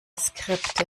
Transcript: skripte